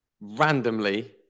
Randomly